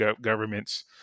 governments